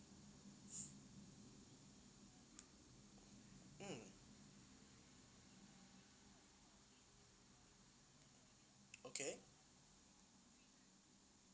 mm okay